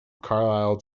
carlisle